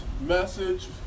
message